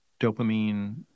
dopamine